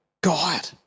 God